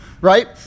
right